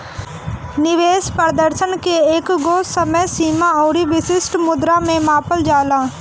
निवेश प्रदर्शन के एकगो समय सीमा अउरी विशिष्ट मुद्रा में मापल जाला